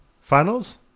Finals